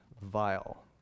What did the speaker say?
vile